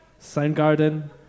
Soundgarden